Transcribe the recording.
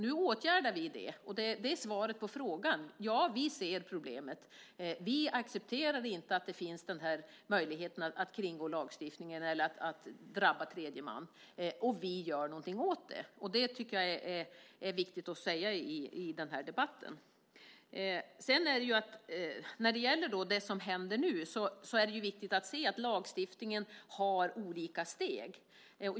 Nu åtgärdar vi det, och det är svaret på frågan. Ja, vi ser problemet. Vi accepterar inte att det finns den här möjligheten att kringgå lagstiftningen eller att det ska drabba tredje man, och vi gör något åt det. Det tycker jag är viktigt att säga i den här debatten. När det gäller det som händer nu är det viktigt att se att lagstiftningen har olika steg.